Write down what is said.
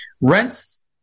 Rents